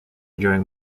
during